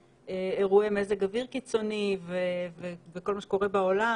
אירועי מזג אוויר קיצוני וכל מה שקורה בעולם,